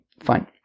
Fine